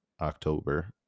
October